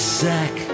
sack